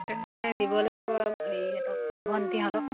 তেনেকে দিব লাগিব হেৰিহঁতক ভন্তিহঁতক